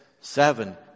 seven